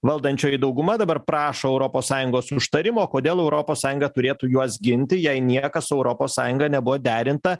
valdančioji dauguma dabar prašo europos sąjungos užtarimo kodėl europos sąjunga turėtų juos ginti jei niekas su europos sąjunga nebuvo derinta